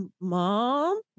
Mom